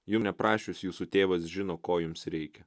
jum neprašius jūsų tėvas žino ko jums reikia